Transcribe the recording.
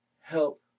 help